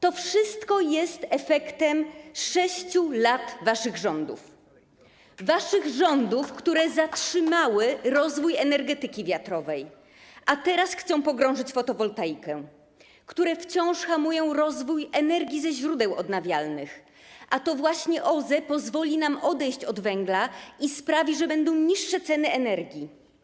To wszystko jest efektem 6 lat waszych rządów, waszych rządów, które zatrzymały rozwój energetyki wiatrowej, a teraz chcą pogrążyć fotowoltaikę, które wciąż hamują rozwój energii ze źródeł odnawialnych, a to właśnie OZE pozwoli nam odejść od węgla i sprawi, że będą niższe ceny energii.